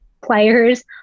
players